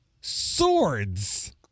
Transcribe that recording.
swords